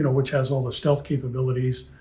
which has all the stealth capabilities.